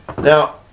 Now